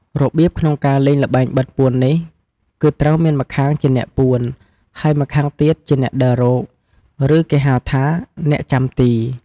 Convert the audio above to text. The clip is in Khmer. របៀបក្នុងការលេងល្បែងបិទពួននេះគឺត្រូវមានម្ខាងជាអ្នកពួន ហើយម្ខាងទៀតជាអ្នកដើររក ឬគេហៅថា អ្នកចាំទី។